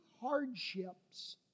hardships